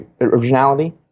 originality